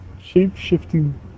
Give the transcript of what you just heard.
shape-shifting